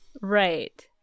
Right